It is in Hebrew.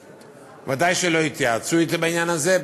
ודאי שלא התייעצו אתי בעניין הזה.